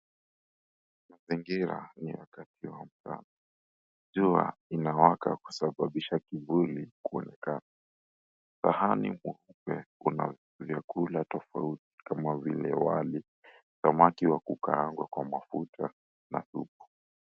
Mazingira ni wakati wa mchana, jua linawaka kusababisha kivuli kuonekana, sahani nyeupe kuna vyakula tofauti kama vile wali, samaki wa kukaangwa kwa mafuta na supu.